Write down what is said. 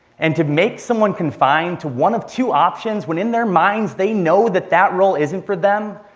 and to make someone confined to one of two options when in their minds they know that that role isn't for them.